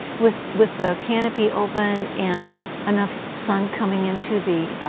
with with the canopy open and enough sun coming into the